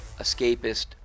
escapist